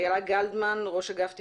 אילה גלדמן, ראש אגף תכנון.